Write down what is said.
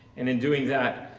and in doing that,